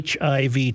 HIV